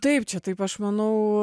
taip čia taip aš manau